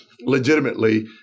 legitimately